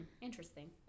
Interesting